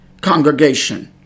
congregation